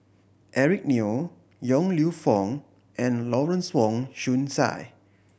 Eric Neo Yong Lew Foong and Lawrence Wong Shyun Tsai